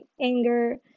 anger